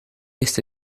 este